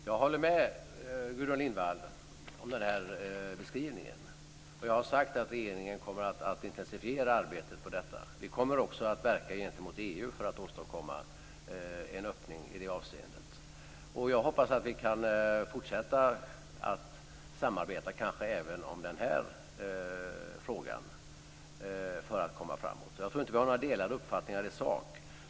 Fru talman! Jag instämmer i Gudrun Lindvalls beskrivning. Jag har sagt att regeringen kommer att intensifiera arbetet med detta. Vi kommer också att verka gentemot EU för att åstadkomma en öppning i det avseendet. Jag hoppas att vi kan fortsätta att samarbeta, kanske även i den här frågan för att komma framåt. Jag tror inte att vi har några delade uppfattningar i sak.